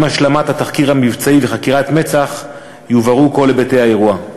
עם השלמת התחקיר המבצעי וחקירת מצ"ח יובהרו כל היבטי האירוע.